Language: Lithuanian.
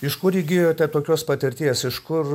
iš kur įgijote tokios patirties iš kur